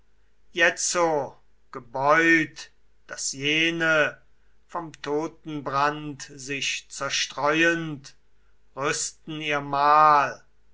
jetzo gebeut daß jene vom totenbrand sich zerstreuend rüsten ihr mahl